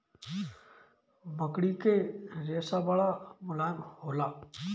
मकड़ी के रेशा बड़ा मुलायम होला